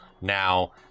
now